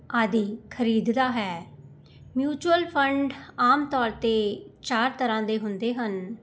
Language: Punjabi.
ਆਦਿ ਖਰੀਦਦਾ ਹੈ ਮਿਊਚੁਅਲ ਫੰਡ ਆਮ ਤੌਰ 'ਤੇ ਚਾਰ ਤਰ੍ਹਾਂ ਦੇ ਹੁੰਦੇ ਹਨ